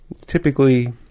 typically